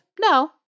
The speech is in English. No